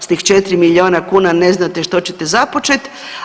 S tih 4 milijuna kuna ne znate što ćete započeti.